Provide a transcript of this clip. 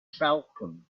falcon